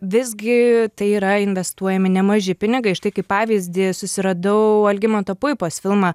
visgi tai yra investuojami nemaži pinigai štai kaip pavyzdį susiradau algimanto puipos filmą